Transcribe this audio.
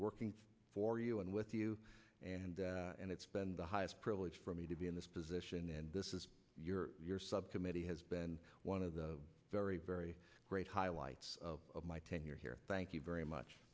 working for you and with you and and it's been the highest privilege for me to be in this position and this is your your subcommittee has been one of the very very great highlights of my tenure here thank you very much